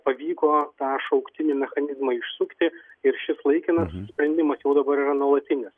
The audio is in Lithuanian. pavyko tą šauktinį mechanizmą išsukti ir šis laikinas sprendimas jau dabar yra nuolatinis